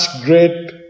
great